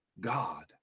God